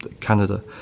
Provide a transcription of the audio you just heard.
Canada